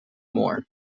more